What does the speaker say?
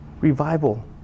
revival